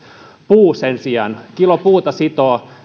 puu sen sijaan kilo puuta sitoo